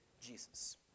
Jesus